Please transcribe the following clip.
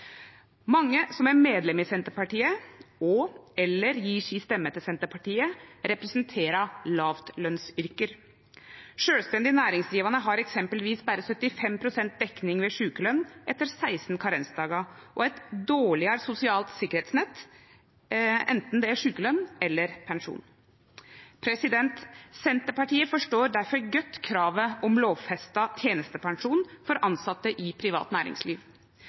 Mange som er medlem i Senterpartiet, og/eller gjev si stemme til Senterpartiet, representerer låglønsyrke. Sjølvstendig næringsdrivande har eksempelvis berre 75 pst. dekning ved sjukeløn etter 16 karensdagar og eit dårlegare sosialt sikkerheitsnett, anten det er sjukeløn eller pensjon. Senterpartiet forstår difor godt kravet om lovfesta tenestepensjon for tilsette i privat næringsliv.